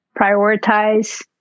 prioritize